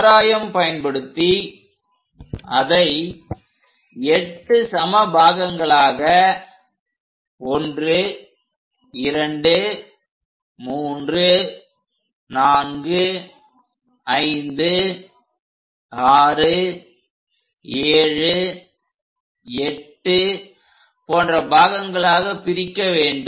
கவராயம் பயன்படுத்தி அதை 8 சம பாகங்களாக 1 2 3 4 5 6 7 8 போன்ற பாகங்களாகப் பிரிக்க வேண்டும்